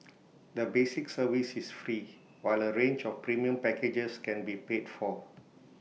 the basic service is free while A range of premium packages can be paid for